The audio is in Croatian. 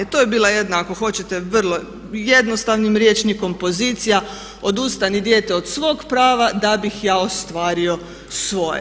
To je bila jedna ako hoćete vrlo, jednostavnim rječnikom pozicija odustani dijete od svog prava da bih ja ostvario svoje.